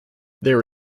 there